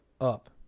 up